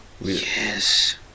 yes